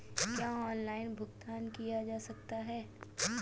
क्या ऑनलाइन भुगतान किया जा सकता है?